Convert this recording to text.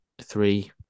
three